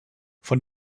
von